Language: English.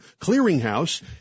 clearinghouse